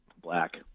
Black